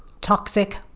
toxic